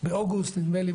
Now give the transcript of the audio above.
בהתאם לדברים,